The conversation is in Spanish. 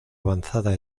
avanzada